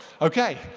okay